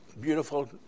beautiful